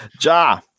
Ja